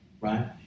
right